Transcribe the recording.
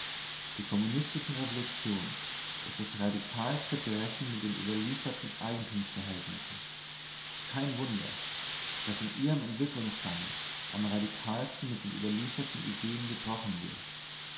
die kommunistische revolution ist das radikalste brechen mit den überlieferten eigentumsverhältnissen kein wunder daß in ihrem entwicklungsgange am radikalsten mit den überlieferten ideen gebrochen wird